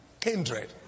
kindred